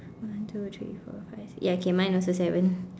one two three four five six ya okay mine also seven